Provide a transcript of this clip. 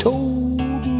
Told